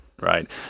Right